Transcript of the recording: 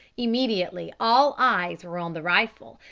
immediately all eyes were on the rifle,